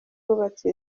wubatse